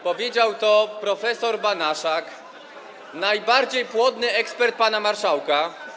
Powiedział to prof. Banaszak - najbardziej płodny ekspert pana marszałka.